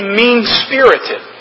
mean-spirited